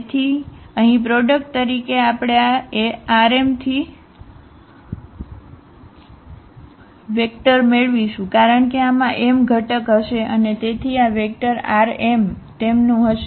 તેથી અહીં પ્રોડક્ટ તરીકે આપણે આ Rmથી વેક્ટર મેળવીશું કારણ કે આમાં m ઘટક હશે અને તેથી આ વેક્ટર Rm તેમનું હશે